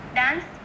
dance